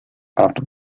after